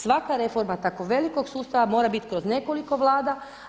Svaka reforma tako velikog sustava mora biti kroz nekoliko vlada.